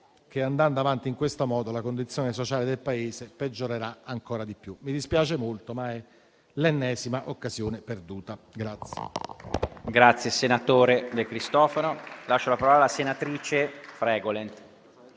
che andando avanti in questo modo la condizione sociale del Paese peggiorerà ancora di più. Mi dispiace molto, ma è l'ennesima occasione perduta.